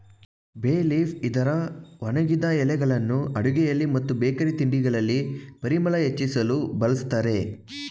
ಬೇ ಲೀಫ್ ಇದರ ಒಣಗಿದ ಎಲೆಗಳನ್ನು ಅಡುಗೆಯಲ್ಲಿ ಮತ್ತು ಬೇಕರಿ ತಿಂಡಿಗಳಲ್ಲಿ ಪರಿಮಳ ಹೆಚ್ಚಿಸಲು ಬಳ್ಸತ್ತರೆ